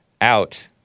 out